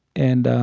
and